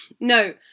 no